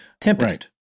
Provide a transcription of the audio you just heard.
Tempest